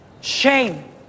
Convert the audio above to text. Shame